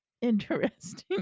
Interesting